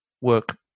work